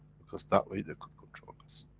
because that way, they could control us.